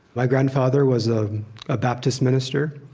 my grandfather was a ah baptist minister.